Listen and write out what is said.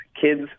Kids